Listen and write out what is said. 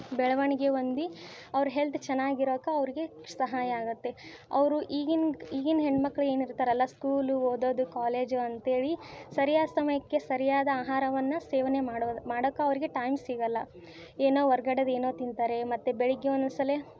ಬೆಳವಣಿಗೆ ಹೊಂದಿ ಅವರ ಹೆಲ್ತ್ ಚೆನ್ನಾಗಿರೋಕೆ ಅವ್ರಿಗೆ ಸಹಾಯ ಆಗುತ್ತೆ ಅವರು ಈಗಿನ ಈಗಿನ ಹೆಣ್ಣುಮಕ್ಳು ಏನಿರ್ತಾರಲ್ಲ ಸ್ಕೂಲು ಓದೋದು ಕಾಲೇಜು ಅಂತೇಳಿ ಸರಿಯಾದ ಸಮಯಕ್ಕೆ ಸರಿಯಾದ ಆಹಾರವನ್ನ ಸೇವನೆ ಮಾಡೋದು ಮಾಡೋಕ್ ಅವರಿಗೆ ಟೈಮ್ ಸಿಗೋಲ್ಲ ಏನೋ ಹೊರ್ಗಡೇದು ಏನೋ ತಿಂತಾರೆ ಮತ್ತು ಬೆಳಗ್ಗೆ ಒಂದೊಂದುಸಲಿ